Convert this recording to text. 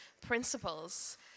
principles